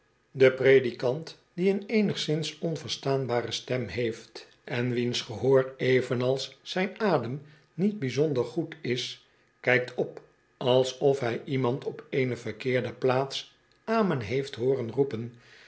de predikant die een eenigszins onverstaanbare stem heeft en wiens gehoor evenals zijn adem niet bijzonder goed is kijkt op alsof hij iemand op eene verkeerde plaats amen heeft hooren roepen